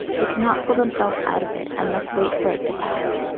they cannot pull themselves out of it and must wait for it to pass.